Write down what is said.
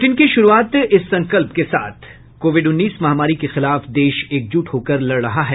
bulletin की शुरूआत से पहले ये संकल्प कोविड उन्नीस महामारी के खिलाफ देश एकजुट होकर लड़ रहा है